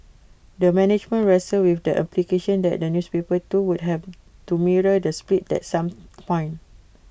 the management wrestled with the implication that the newspaper too would have to mirror the split at some point